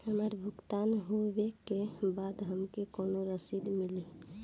हमार भुगतान होबे के बाद हमके कौनो रसीद मिली?